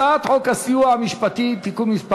הצעת חוק הסיוע המשפטי (תיקון מס'